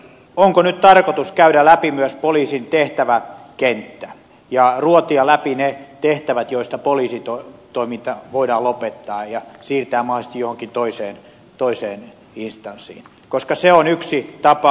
onko nyt tarkoitus käydä läpi myös poliisin tehtäväkenttä ja ruotia läpi ne tehtävät joista poliisitoiminta voidaan lopettaa ja siirtää mahdollisesti johonkin toiseen instanssiin koska se on yksi tapa